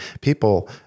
people